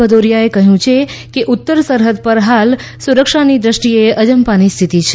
ભદૌરીયાએ કહ્યું છે કે ઉત્તર સરહૃદ પર હાલ સુરક્ષાની દ્રષ્ટિએ અજંપાની સ્થિતિ છે